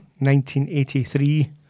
1983